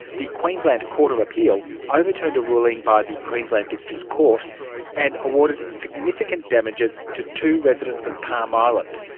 the queensland court of appeal overturned a ruling by the queensland district court and awarded significant damages to two residents of palm island,